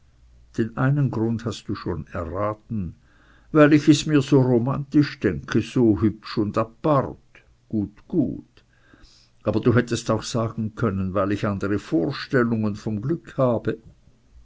den einen grund hast du schon erraten weil ich es mir so romantisch denke so hübsch und apart gut gut aber du hättest auch sagen können weil ich andere vorstellungen von glück habe